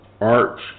Arch